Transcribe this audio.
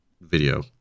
video